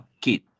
kid